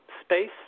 space